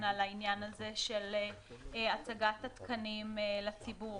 על העניין הזה של הצגת התקנים לציבור.